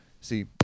See